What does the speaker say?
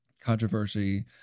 controversy